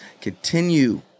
Continue